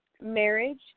marriage